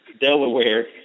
Delaware